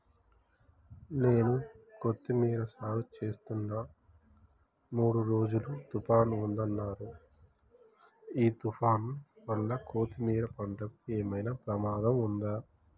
నేను కొత్తిమీర సాగుచేస్తున్న మూడు రోజులు తుఫాన్ ఉందన్నరు ఈ తుఫాన్ వల్ల కొత్తిమీర పంటకు ఏమైనా ప్రమాదం ఉందా?